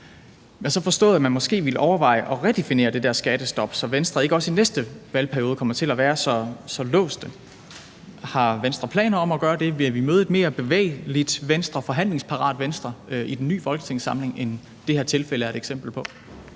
jeg har så forstået, at man måske ville overveje at redefinere det der skattestop, så Venstre ikke også i næste valgperiode kommer til at være så låste. Har Venstre planer om at gøre det? Vil vi møde et mere bevægeligt og forhandlingsparat Venstre i den nye folketingssamling, end det her tilfælde er et eksempel på?